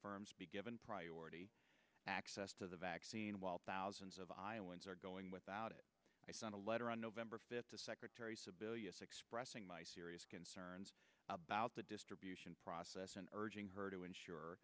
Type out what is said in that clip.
firms be given priority access to the vaccine while thousands of iowans are going without it i sent a letter on november fifth to secretary sebelius expressing my serious concerns about the distribution process and urging her to ensure